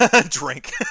Drink